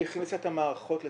היא הכניסה את המערכות לסחרור.